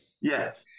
Yes